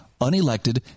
unelected